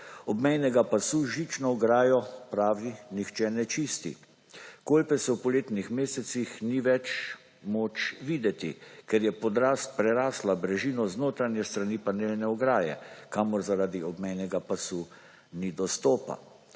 obmejnega z vso žično ograjo pravi nihče ne čisti. Kolpe so v poletnih mesecih ni več moč videti, ker je podrast prerastla brežino z notranje strani pa njene ograje, kamor, zaradi obmejnega pasu ni dostopa.